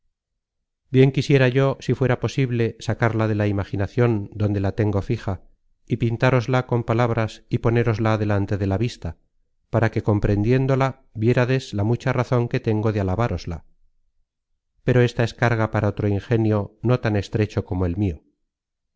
bien quisiera yo si fuera posible sacarla de la imaginacion donde la tengo fija y pintárosla con palabras y ponérosla delante de la vista para que